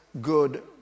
good